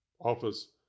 Office